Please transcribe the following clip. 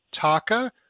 Taka